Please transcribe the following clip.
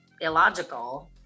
illogical